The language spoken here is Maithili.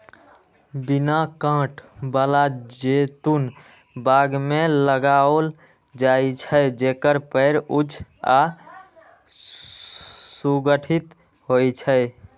बिना कांट बला जैतून बाग मे लगाओल जाइ छै, जेकर पेड़ ऊंच आ सुगठित होइ छै